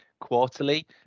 quarterly